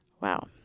Wow